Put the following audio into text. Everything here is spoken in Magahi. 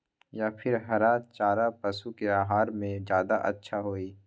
या फिर हरा चारा पशु के आहार में ज्यादा अच्छा होई?